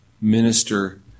minister